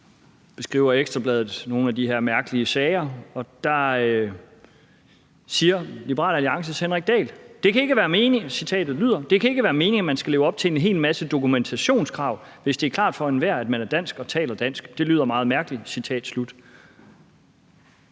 2021 skriver Ekstra Bladet om nogle af de her mærkelige sager, og der siger Liberal Alliances Henrik Dahl, og jeg citerer: Det kan ikke være meningen, at man skal leve op til en hel masse dokumentationskrav, hvis det er klart for enhver, at man er dansk og taler dansk. Det lyder meget mærkeligt. Citat slut.